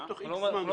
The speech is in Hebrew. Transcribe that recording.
אנחנו